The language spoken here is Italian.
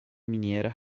miniera